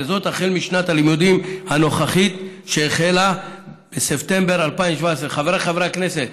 וזאת החל משנת הלימודים הנוכחית שהחלה בספטמבר 2017. חבריי חברי הכנסת,